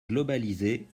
globalisées